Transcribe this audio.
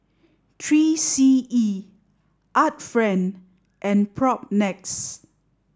Three C E Art Friend and Propnex